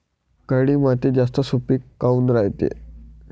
काळी माती जास्त सुपीक काऊन रायते?